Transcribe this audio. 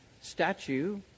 statue